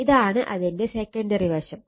ഇതാണ് അതിന്റെ സെക്കണ്ടറി വശം